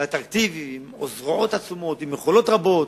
אטרקטיבי, עם זרועות עצומות, עם יכולות רבות,